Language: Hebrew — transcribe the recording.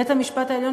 בית-המשפט העליון,